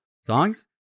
songs